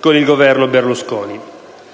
con il Governo Berlusconi.